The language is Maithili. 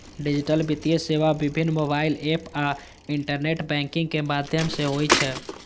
डिजिटल वित्तीय सेवा विभिन्न मोबाइल एप आ इंटरनेट बैंकिंग के माध्यम सं होइ छै